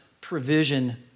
provision